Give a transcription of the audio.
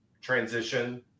transition